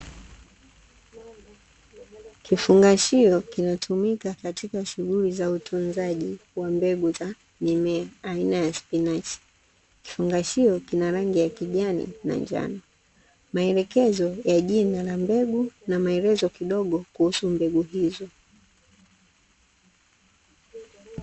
Kifungashio kinatumika katika shughuli za utunzaji wa mbegu za mimea aina ya spinachi, kifungashio kina rangi ya kijani na njano, maelekezo ya jina la mbegu na maelezo kidogo kuhusu mbegu hizo.